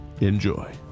enjoy